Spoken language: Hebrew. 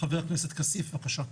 חבר הכנסת כסיף, בקשה.